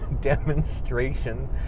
demonstration